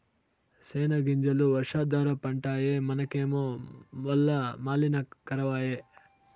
సెనగ్గింజలు వర్షాధార పంటాయె మనకేమో వల్ల మాలిన కరవాయె